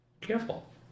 careful